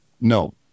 No